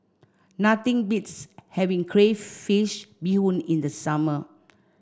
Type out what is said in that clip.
nothing beats having Crayfish Beehoon in the summer